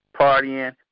partying